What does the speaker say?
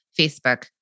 Facebook